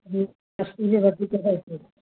वठी करे अचो